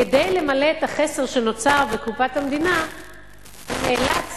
כדי למלא את החסר שנוצר בקופת המדינה הוא נאלץ